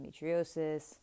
endometriosis